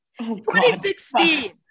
2016